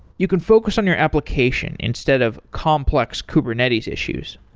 you can focus on your application instead of complex kubernetes issues.